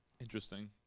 interesting